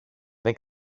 δεν